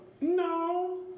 No